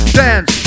dance